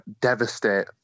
devastate